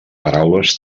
paraules